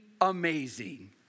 amazing